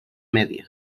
media